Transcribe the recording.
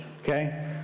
okay